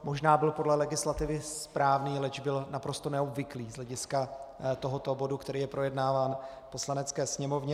Možná byl podle legislativy správný, leč byl naprosto neobvyklý z hlediska tohoto bodu, který je projednáván v Poslanecké sněmovně.